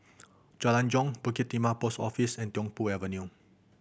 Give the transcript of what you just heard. Jalan Jong Bukit Timah Post Office and Tiong Poh Avenue